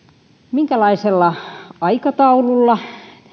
minkälaisella aikataululla